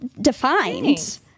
defined